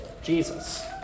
Jesus